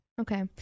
okay